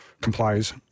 complies